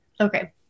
okay